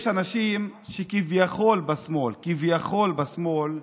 יש אנשים שהם כביכול בשמאל, כביכול בשמאל,